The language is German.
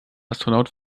astronaut